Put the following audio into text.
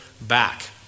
back